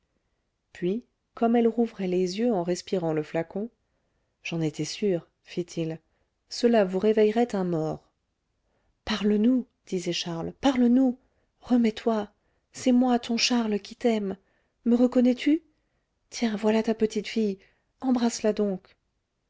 puis comme elle rouvrait les yeux en respirant le flacon j'en étais sûr fit-il cela vous réveillerait un mort parle nous disait charles parle nous remets toi c'est moi ton charles qui t'aime me reconnais-tu tiens voilà ta petite fille embrasse la donc